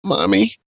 Mommy